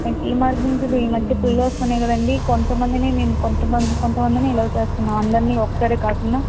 మెట్ల మార్గం కాడా ఈ మధ్య పులులొస్తున్నాయి కదండి కొంత మందిని మేము కొంతమంది కొంతమందినే అలో చేస్తున్నాం అందరిని ఒకసారే కాకుండా